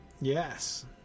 yes